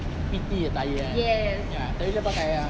P_T attire ya tapi dia pakai yang